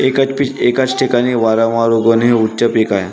एकच पीक एकाच ठिकाणी वारंवार उगवणे हे उच्च पीक आहे